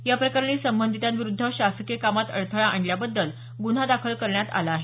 याप्रकरणी संबधितांविरूद्ध शासकीय कामात अडथळा आणल्याबद्दल गुन्हा दाखल करण्यात आला आहे